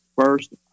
first